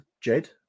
Jed